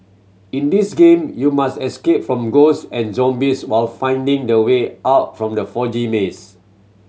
in this game you must escape from ghosts and zombies while finding the way out from the foggy maze